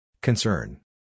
Concern